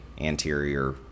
anterior